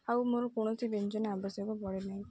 ଆଉ ମୋର କୌଣସି ବ୍ୟଞ୍ଜନ ଆବଶ୍ୟକ ପଡ଼େନାହିଁ